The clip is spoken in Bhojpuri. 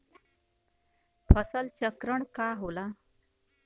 फसल चक्रण का होला?